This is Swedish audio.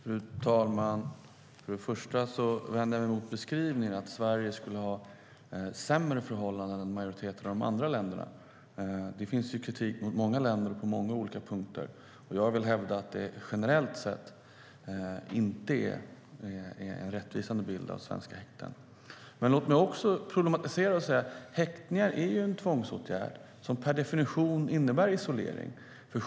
Fru talman! Först och främst vänder jag mig mot beskrivningen att Sverige skulle ha sämre förhållanden än majoriteten av de andra länderna. Det finns kritik mot många länder och på många olika punkter. Jag vill hävda att det generellt sett inte är en rättvisande bild av svenska häkten. Låt mig också problematisera. Häktningar är en tvångsåtgärd som per definition innebär isolering.